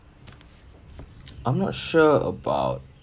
I'm not sure about